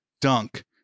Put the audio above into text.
Dunk